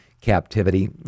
captivity